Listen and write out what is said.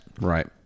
Right